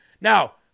Now